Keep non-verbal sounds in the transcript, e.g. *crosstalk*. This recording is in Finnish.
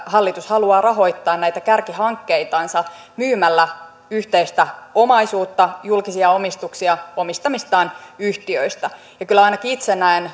hallitus haluaa rahoittaa näitä kärkihankkeitansa myymällä yhteistä omaisuutta julkisia omistuksia omistamistaan yhtiöistä ja kyllä ainakin itse näen *unintelligible*